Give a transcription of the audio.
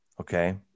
okay